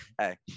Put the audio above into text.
hey